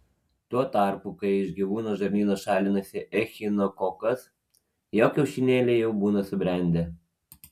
tuo tarpu kai iš gyvūno žarnyno šalinasi echinokokas jo kiaušinėliai jau būna subrendę